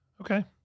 Okay